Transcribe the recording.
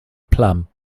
plum